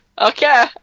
Okay